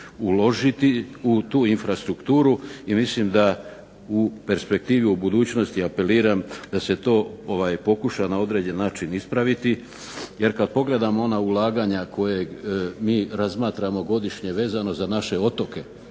uložiti u tu infrastrukturu i mislim da u perspektivi u budućnosti apeliram da se to pokuša na određeni način ispraviti. Jer kad pogledamo ona ulaganja koje mi razmatramo godišnje vezano za naše otoke